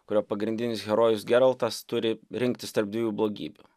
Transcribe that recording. kurio pagrindinis herojus geraltas turi rinktis tarp dviejų blogybių